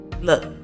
Look